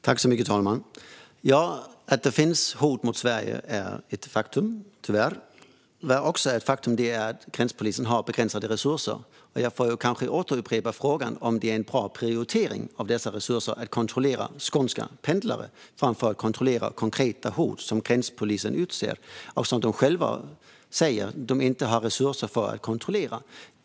Fru talman! Att det finns hot mot Sverige är ett faktum, tyvärr. Det är också ett faktum att gränspolisen har begränsade resurser. Jag får kanske upprepa frågan om det är en bra prioritering av dessa resurser att kontrollera skånska pendlare framför att kontrollera konkreta hot som gränspolisen pekar ut och själv säger att man inte har resurser för att kontrollera.